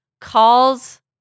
calls